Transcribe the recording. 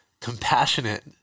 compassionate